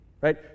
right